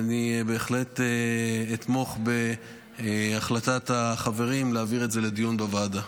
אני בהחלט אתמוך בהחלטת החברים להעביר את זה לדיון בוועדה.